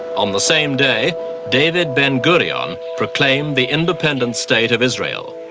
on the same day david ben-gurion proclaimed the independent state of israel,